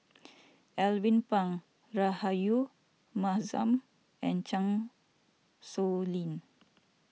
Alvin Pang Rahayu Mahzam and Chan Sow Lin